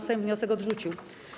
Sejm wniosek odrzucił.